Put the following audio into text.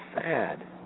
sad